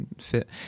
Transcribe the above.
fit